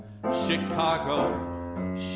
Chicago